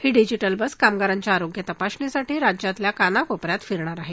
ही digital bus कामगारांच्या आरोग्य तपासणीसाठी राज्यातल्या कानाकोपऱ्यात फिरणार आहे